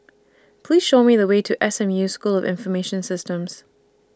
Please Show Me The Way to S M U School of Information Systems